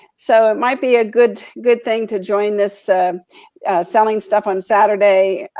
so it might be a good good thing to join this selling stuff on saturday.